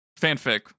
fanfic